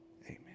amen